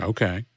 Okay